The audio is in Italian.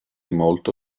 molto